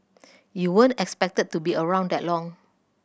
you weren't expected to be around that long